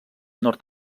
nord